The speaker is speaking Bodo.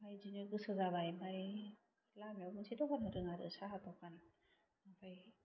आमफ्राइ बिदिनो गोसो जाबाय आमफ्राइ लामायाव मोनसे दखान होदों आरो साहा दखान आमफ्राइ